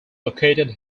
located